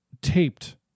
taped